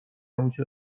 همیشه